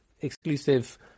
exclusive